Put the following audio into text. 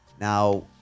Now